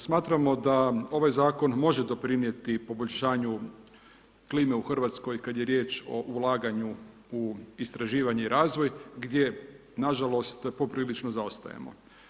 Smatramo da ovaj zakon može doprinijeti poboljšanju klime u Hrvatskoj kad je riječ o ulaganju u istraživanje i razvoj gdje nažalost poprilično zaostajemo.